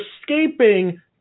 escaping